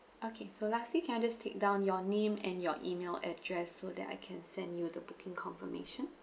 okay so lastly can I just take down your name and your email address so that I can send you the booking confirmation